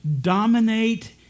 dominate